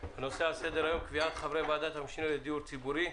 הנושא על סדר-היום: קביעת חברי ועדת המשנה לדיור ציבורי.